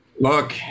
Look